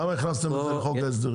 למה הכנסתם את זה לחוק ההסדרים?